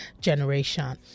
generation